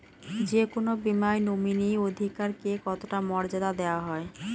যে কোনো বীমায় নমিনীর অধিকার কে কতটা মর্যাদা দেওয়া হয়?